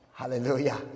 hallelujah